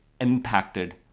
impacted